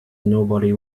nobody